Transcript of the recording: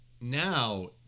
now